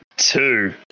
Two